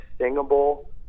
singable